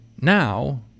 now